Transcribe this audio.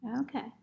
Okay